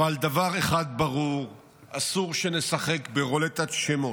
אבל דבר אחד ברור: אסור שנשחק ברולטת שמות.